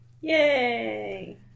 Yay